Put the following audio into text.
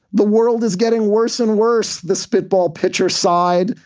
the world is getting worse and worse. the spitball pitcher sighed.